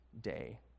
day